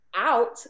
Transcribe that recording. out